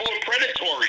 predatory